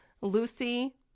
Lucy